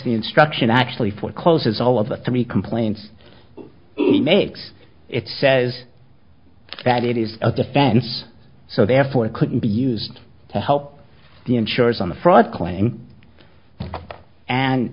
the instruction actually forecloses all of the three complaints makes it says that it is a defense so therefore it couldn't be used to help the insurers on the fraud claim